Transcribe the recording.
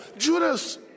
Judas